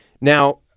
Now